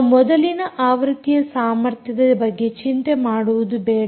ನಾವು ಮೊದಲಿನ ಆವೃತ್ತಿಯ ಸಾಮರ್ಥ್ಯದ ಬಗ್ಗೆ ಚಿಂತೆ ಮಾಡುವುದು ಬೇಡ